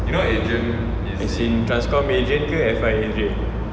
is in TransCom agent ke F_I agent